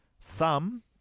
thumb